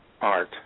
art